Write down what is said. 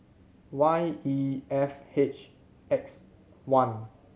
Y E F H X one